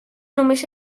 només